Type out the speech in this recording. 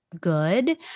good